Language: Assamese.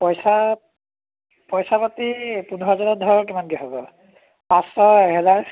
পইচা পইচাপাতি পোন্ধৰজনৰ ধৰক কিমানকৈ হ'ব পাঁচশ এহেজাৰ